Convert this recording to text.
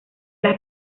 las